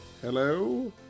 Hello